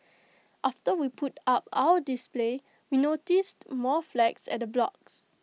after we put up our display we noticed more flags at the blocks